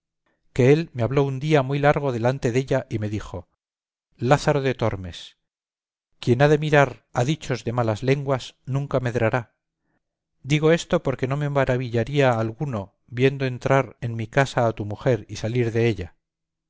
que él me habló un día muy largo delante della y me dijo lázaro de tormes quien ha de mirar a dichos de malas lenguas nunca medrará digo esto porque no me maravillaría alguno viendo entrar en mi casa a tu mujer y salir della ella